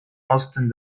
osten